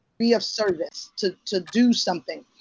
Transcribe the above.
be of service, to to do something.